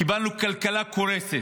קיבלנו כלכלה קורסת,